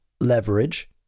leverage